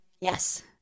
Yes